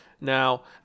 Now